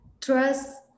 Trust